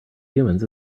humans